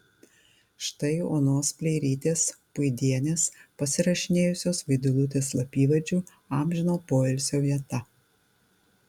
štai onos pleirytės puidienės pasirašinėjusios vaidilutės slapyvardžiu amžino poilsio vieta